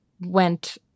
went